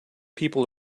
people